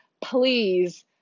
Please